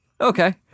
Okay